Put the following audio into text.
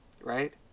right